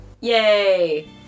Yay